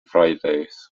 fridays